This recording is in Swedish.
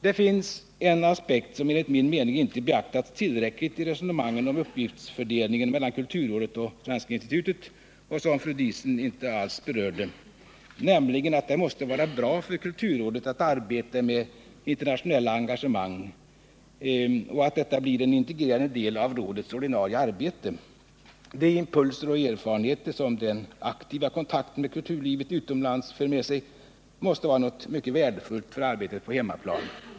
Det finns en aspekt som enligt min mening inte beaktas tillräckligt i resonemangen om uppgiftsfördelningen mellan kulturrådet och Svenska institutet och som fru Diesen inte alls berörde, nämligen att det måste vara bra för kulturrådet att arbetet med internationella engagemang blir en integrerande del av rådets ordinarie arbete. De impulser och erfarenheter som den aktiva kontakten med kulturlivet utomlands för med sig måste vara något mycket värdefullt för arbetet på hemmaplan.